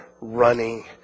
running